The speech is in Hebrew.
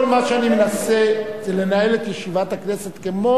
כל מה שאני מנסה זה לנהל את ישיבת הכנסת כמו